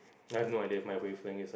I have no idea what my wavelength is